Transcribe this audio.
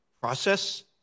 process